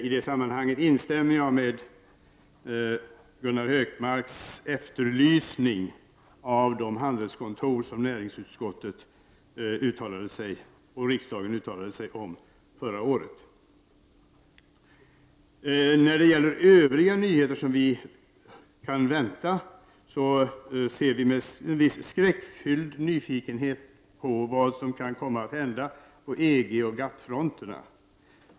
I det sammanhanget instämmer jag i Gunnar Hökmarks efterlysning av de handelskontor som näringsutskottet och riksdagen uttalade sig om förra året. När det gäller övriga nyheter som kan komma väntar vi med skräckfylld nyfikenhet på vad som kan hända på EG och GATT-fronterna.